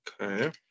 Okay